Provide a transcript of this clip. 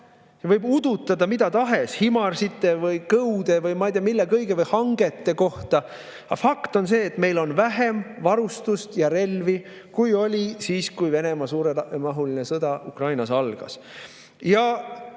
Võib udutada mida tahes, HIMARS‑ite või Kõude või ma ei tea mille kõige kohta või hangete kohta, aga fakt on see, et meil on varustust ja relvi vähem, kui oli siis, kui Venemaa suuremahuline sõda Ukrainas algas.